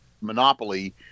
monopoly